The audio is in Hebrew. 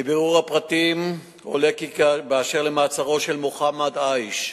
1. מבירור הפרטים עולה כי באשר למעצרו של מוחמד עייש,